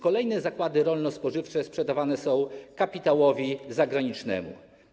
Kolejne zakłady rolno-spożywcze sprzedawane są kapitałowi zagranicznemu.